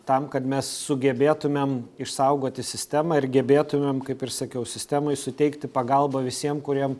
tam kad mes sugebėtumėm išsaugoti sistemą ir gebėtumėm kaip ir sakiau sistemai suteikti pagalbą visiem kuriem